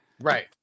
Right